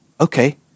okay